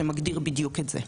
שמגדיר בדיוק את זה.